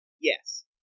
Yes